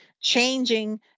changing